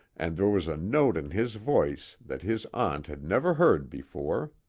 and there was a note in his voice that his aunt had never heard before.